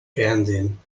fernsehen